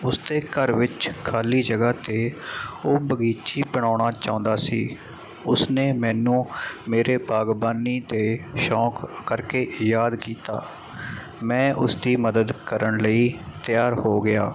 ਉਸ ਤੇ ਘਰ ਵਿੱਚ ਖਾਲੀ ਜਗ੍ਹਾ 'ਤੇ ਉਹ ਬਗੀਚੀ ਬਣਾਉਣਾ ਚਾਹੁੰਦਾ ਸੀ ਉਸਨੇ ਮੈਨੂੰ ਮੇਰੇ ਬਾਗਬਾਨੀ ਦੇ ਸ਼ੌਂਕ ਕਰਕੇ ਯਾਦ ਕੀਤਾ ਮੈਂ ਉਸ ਦੀ ਮਦਦ ਕਰਨ ਲਈ ਤਿਆਰ ਹੋ ਗਿਆ